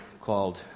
called